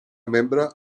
membre